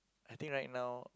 I think right now